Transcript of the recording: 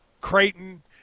Creighton